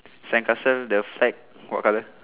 sandcastle the flag what colour